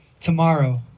tomorrow